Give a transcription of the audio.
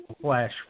Flash